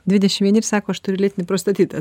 dvidešim vieni ir sako aš turiu lėtinį prostatitą